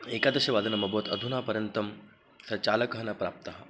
एकादशवादनम् अभवत् अधुना परन्तु स चालकः न प्राप्तः